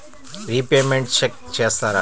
Repayments check చేస్తారా?